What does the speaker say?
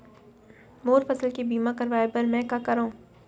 मोर फसल के बीमा करवाये बर में का करंव?